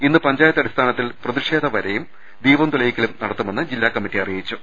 ഇന്ന് പഞ്ചായത്ത് അടിസ്ഥാനത്തിൽ പ്രതിഷേധവരയും ദീപം തെളിയിക്കലും നടത്തുമെന്നും ജില്ലാകമ്മറ്റി അറിയിച്ചു